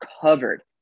covered